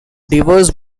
divorce